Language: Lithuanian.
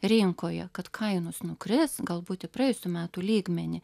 rinkoje kad kainos nukris galbūt į praėjusių metų lygmenį